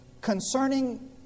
concerning